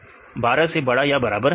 12 से बड़ा या बराबर